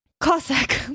Cossack